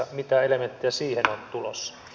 mitä elementtejä siihen on tulossa